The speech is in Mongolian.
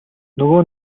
нөгөө